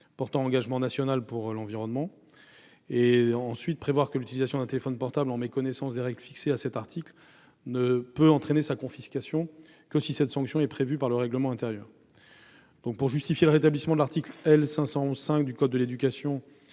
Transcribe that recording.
portant engagement national pour l'environnement ; prévoir que l'utilisation d'un téléphone portable en méconnaissance des règles fixées à cet article ne peut entraîner sa confiscation que si cette sanction est prévue par le règlement intérieur. Pour justifier le rétablissement de l'article L. 511-5 du code de l'éducation,